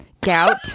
Gout